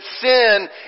sin